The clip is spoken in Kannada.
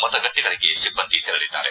ಮತಗಟ್ಟಿಗಳಿಗೆ ಸಿಬ್ಲಂದಿ ತೆರಳಿದ್ದಾರೆ